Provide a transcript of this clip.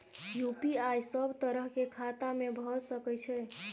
UPI सब तरह के खाता में भय सके छै?